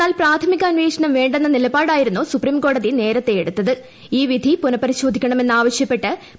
എന്നാൽ പ്രാഥമിക അന്വേഷണം വേണ്ടെന്ന നിലപാടായിരുന്നു സുപ്രിംകോടതി നേരത്തെ ഈ വിധി പുനപരിശോധിക്കണമെന്ന് ആവശ്യപ്പെട എടുത്തത്